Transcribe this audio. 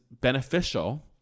beneficial